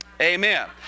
Amen